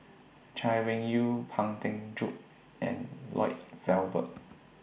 Chay Weng Yew Pang Teck Joon and Lloyd Valberg